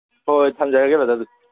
ꯍꯣꯏ ꯊꯝꯖꯔꯒꯦ ꯕ꯭ꯔꯗꯔ ꯑꯗꯨꯗꯤ